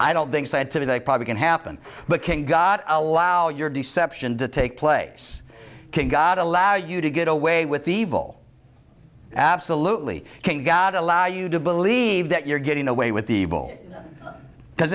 i don't think scientific they probably can happen but can god allow your deception to take place can god allow you to get away with evil absolutely can god allow you to believe that your getting away with